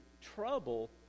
trouble